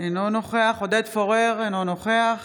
אינו נוכח עודד פורר, אינו נוכח